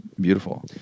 beautiful